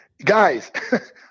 Guys